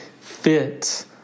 fit